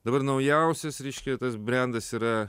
dabar naujausias reiškia tas brendas yra